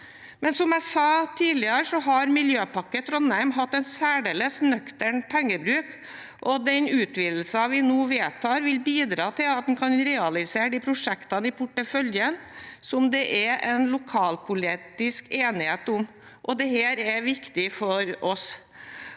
Men som jeg sa tidligere, har Miljøpakke Trondheim hatt en særdeles nøktern pengebruk, og den utvidelsen vi nå vedtar, vil bidra til at man kan realisere prosjektene i porteføljen, som det er lokalpolitisk enighet om. Det er viktig for oss.